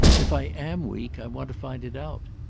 if i am weak i want to find it out.